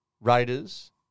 Raiders